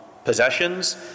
possessions